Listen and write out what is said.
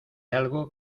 algo